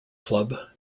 club